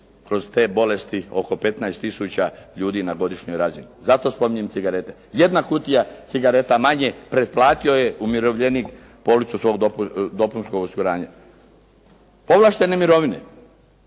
kroz te bolesti oko 15 tisuća ljudi na godišnjoj razini. Zato spominjem cigareta. Jedna kutija cigareta manje, pretplatio je umirovljenik policu svog dopunskog osiguranja. Povlaštene mirovine,